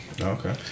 okay